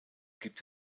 gibt